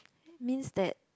means that